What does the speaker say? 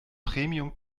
premium